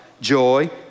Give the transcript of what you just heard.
joy